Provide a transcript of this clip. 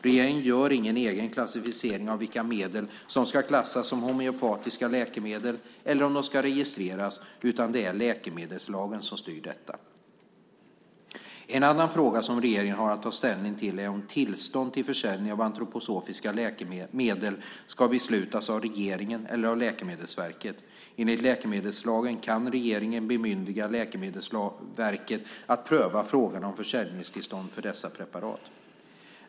Regeringen gör ingen egen klassificering av vilka medel som ska klassas som homeopatiska läkemedel eller om de ska registreras, utan det är läkemedelslagen som styr detta. En annan fråga som regeringen har att ta ställning till är om tillstånd till försäljning av antroposofiska medel ska beslutas av regeringen eller av Läkemedelsverket. Enligt läkemedelslagen kan regeringen bemyndiga Läkemedelsverket att pröva frågan om försäljningstillstånd för dessa preparat.